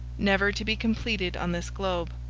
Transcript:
never to be completed on this globe.